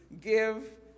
give